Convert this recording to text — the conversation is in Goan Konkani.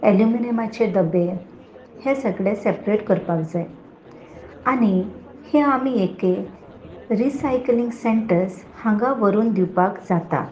एल्युमिनियमाचे दबे हे सगळें सेपरेट करपाक जाय आनी हे आमी एके रिसायकलींग सेंटर्स हांगा व्हरून दिवपाक जाता